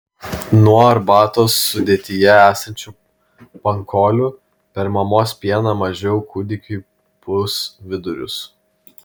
nuo arbatos sudėtyje esančių pankolių per mamos pieną mažiau kūdikiui pūs vidurius